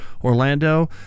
Orlando